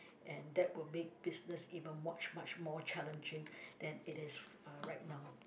and that would make business even much much more challenging than it is uh right now